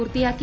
പൂർത്തിയാക്കി